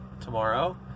tomorrow